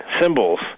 symbols